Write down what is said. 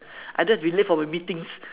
I don't have to be late for my meetings